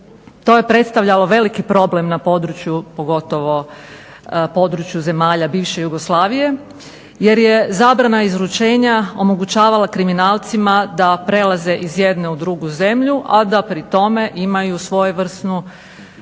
To je predstavljalo veliki problem na području pogotovo području zemalja bivše Jugoslavije jer je zabrana izručenja omogućavala kriminalcima da prelaze iz jedne u drugu zemlju, a da pri tome imaju svojevrsnu